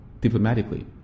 diplomatically